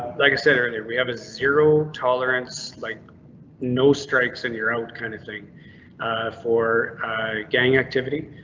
like i said earlier, we have a zero tolerance like no strikes and your out kind of thing for gang activity.